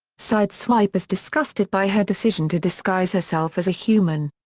sideswipe is disgusted by her decision to disguise herself as a human.